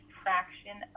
fraction